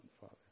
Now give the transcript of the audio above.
Father